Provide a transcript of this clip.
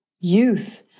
Youth